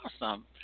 awesome